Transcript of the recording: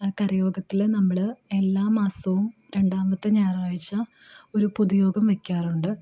ആ കരയോഗത്തിൽ നമ്മൾ എല്ലാ മാസവും രണ്ടാമത്തെ ഞായറാഴ്ച ഒരു പൊതുയോഗം വെക്കാറുണ്ട്